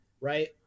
right